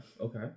okay